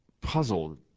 puzzled